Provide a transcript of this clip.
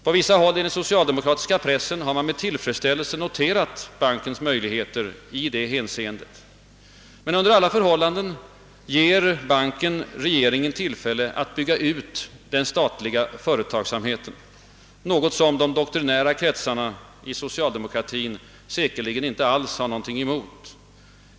På vissa håll i den socialdemokratiska pressen har man med tillfredsställelse noterat dess möjligheter i detta hänseende. Under alla förhållanden ger banken regeringen tillfälle att bygga ut den statliga företagsamheten, något som de doktrinära kretsarna inom socialdemokratin säkerligen inte alls har någonting emot.